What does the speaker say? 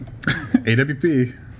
awp